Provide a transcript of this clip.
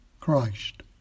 Christ